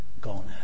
gone